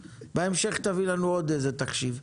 בהמשך תביא לנו עוד איזה תחשיב.